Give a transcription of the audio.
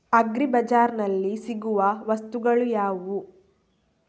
Agri ಬಜಾರ್ನಲ್ಲಿ ಸಿಗುವ ವಸ್ತುಗಳು ಯಾವುವು?